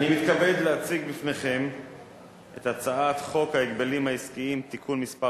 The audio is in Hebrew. אני מתכבד להציג בפניכם את הצעת חוק ההגבלים העסקיים (תיקון מס'